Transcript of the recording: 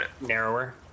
narrower